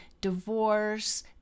divorce